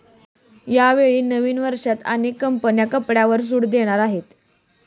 यावेळी नवीन वर्षात अनेक कंपन्या कपड्यांवर सूट देणार आहेत